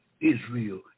Israel